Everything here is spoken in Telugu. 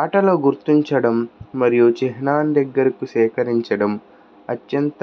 ఆటలో గుర్తించడం మరియు చిహ్నాల దగ్గరకు సేకరించడం అత్యంత